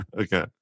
Okay